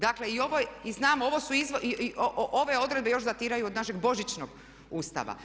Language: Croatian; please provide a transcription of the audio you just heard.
Dakle i znam ove odredbe još datiraju od našeg Božićnog Ustava.